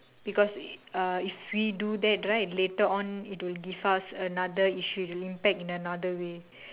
because uh if we do that right later on it will give us another issue it will impact in another way